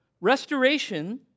Restoration